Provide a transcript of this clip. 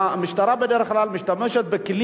והמשטרה בדרך כלל משתמשת בכלים